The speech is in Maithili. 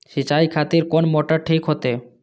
सीचाई खातिर कोन मोटर ठीक होते?